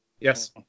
yes